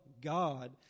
God